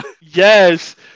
Yes